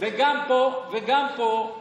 וגם פה, לדעתי,